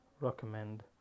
recommend